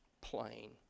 plain